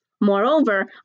Moreover